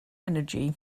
energy